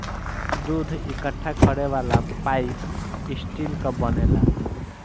दूध इकट्ठा करे वाला पाइप स्टील कअ बनेला